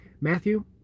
Matthew